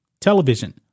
television